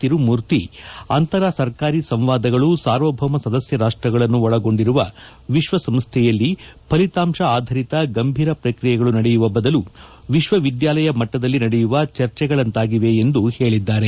ತಿರುಮೂರ್ತಿ ಅಂತರ ಸರ್ಕಾರಿ ಸಂವಾದಗಳು ಸಾರ್ವಭೌಮ ಸದಸ್ಯ ರಾಷ್ಪಗಳನ್ನು ಒಳಗೊಂಡಿರುವ ವಿಶ್ವಸಂಸ್ನೆಯಲ್ಲಿ ಫಲಿತಾಂಶ ಆಧಾರಿತ ಗಂಭೀರ ಪ್ರಕ್ರಿಯೆಗಳು ನಡೆಯುವ ಬದಲು ವಿಶ್ವವಿದ್ಯಾಲಯ ಮಟ್ಟದಲ್ಲಿ ನಡೆಯುವ ಚರ್ಚೆಗಳಾಂತಾಗಿವೆ ಎಂದು ಹೇಳಿದ್ದಾರೆ